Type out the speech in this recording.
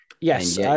Yes